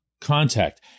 contact